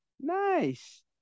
Nice